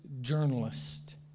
journalist